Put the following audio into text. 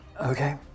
Okay